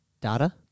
data